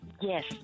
Yes